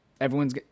everyone's